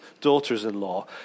daughters-in-law